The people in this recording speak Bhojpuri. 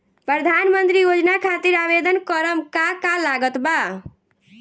प्रधानमंत्री योजना खातिर आवेदन करम का का लागत बा?